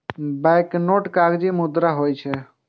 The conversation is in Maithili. बैंकनोट कागजी मुद्रा होइ छै